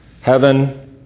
Heaven